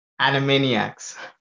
Animaniacs